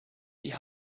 die